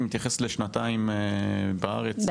את מתייחסת לשנתיים בארץ?